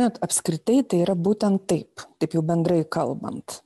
bet apskritai tai yra būtent taip taip jų bendrai kalbant